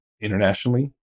internationally